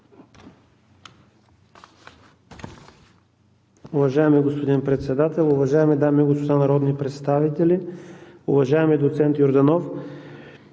Уважаеми господин Председател, уважаеми дами и господа народни представители, уважаеми господа